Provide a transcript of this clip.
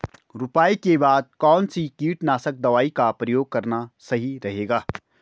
रुपाई के बाद कौन सी कीटनाशक दवाई का प्रयोग करना सही रहेगा?